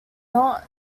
not